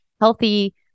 Healthy